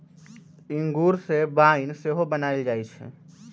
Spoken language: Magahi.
इंगूर से वाइन सेहो बनायल जाइ छइ